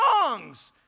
songs